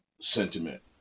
sentiment